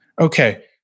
Okay